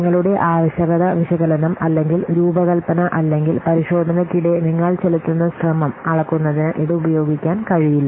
നിങ്ങളുടെ ആവശ്യകത വിശകലനം അല്ലെങ്കിൽ രൂപകൽപ്പന അല്ലെങ്കിൽ പരിശോധനയ്ക്കിടെ നിങ്ങൾ ചെലുത്തുന്ന ശ്രമം അളക്കുന്നതിന് ഇത് ഉപയോഗിക്കാൻ കഴിയില്ല